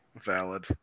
Valid